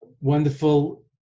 wonderful